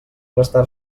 gastar